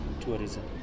tourism